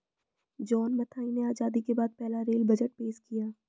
John Mathai ने आजादी के बाद पहला रेल बजट पेश किया